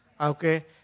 Okay